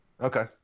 Okay